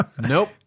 nope